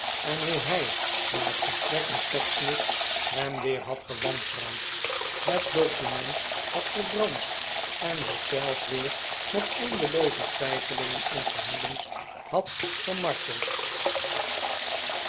en hoe hij na het gesprek met pecksniff hem weer had gewantrouwd het document had verbrand en zich zelf weer met eindelooze twijfelirigen en vermoedens had gemarteld